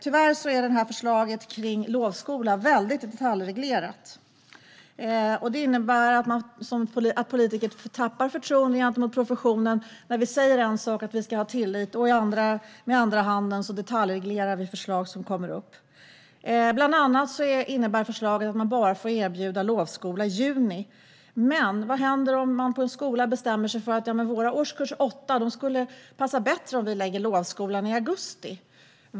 Tyvärr är förslaget om lovskola väldigt detaljreglerat. Det innebär att politiker tappar i förtroende gentemot professionen när vi å ena sidan säger att vi ska ha tillit och å andra sidan detaljreglerar förslag som kommer. Förslaget innebär bland annat att man bara får erbjuda lovskola i juni. Vad händer om man på en skola bestämmer sig för att det skulle passa bättre att lägga lovskolan för årskurs 8 i augusti?